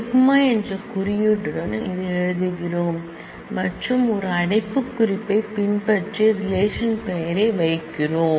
σ என்ற குறியீட்டுடன் இதை எழுதுகிறோம் மற்றும் ஒரு அடைப்புக்குறிப்பைப் பின்பற்றி ரிலேஷன் பெயரை வைக்கிறோம்